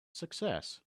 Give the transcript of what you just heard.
success